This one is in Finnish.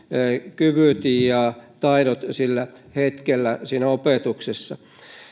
kyvyt ja taidot sillä hetkellä siinä opetuksessa